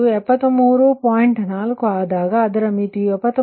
4ಆದಾಗ ಅದರ ಮಿತಿ 73